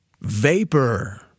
vapor